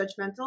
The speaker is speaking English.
judgmental